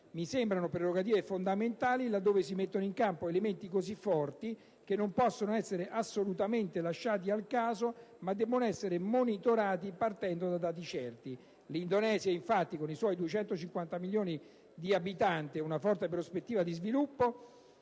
Mi sembrano prerogative fondamentali, laddove si mettono in campo elementi così forti, che non possono essere assolutamente lasciati al caso, ma debbono essere monitorati partendo da dati certi. L'Indonesia, infatti, con i suoi 250 milioni di abitanti e una forte prospettiva di sviluppo,